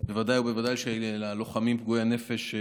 בוודאי ובוודאי ללוחמים פגועי הנפש.